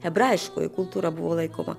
hebrajiškoji kultūra buvo laikoma